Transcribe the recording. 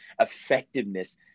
effectiveness